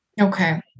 Okay